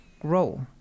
grow